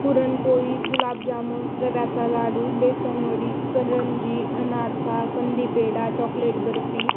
पुरणपोळी गुलाबजामून रव्याचा लाडू बेसनवडी करंजी अनारसा कंदी पेढा चॉकलेट बर्फी